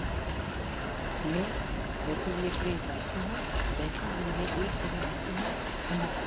मैं बैतूल जिले के मैं वासी हूँ बैतूल जिले में एक जगह ऐसी है खंडारा